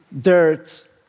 dirt